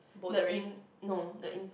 the in~ no the in~